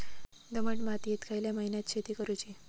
दमट मातयेत खयल्या महिन्यात शेती करुची?